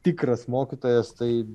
tikras mokytojas tai